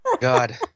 God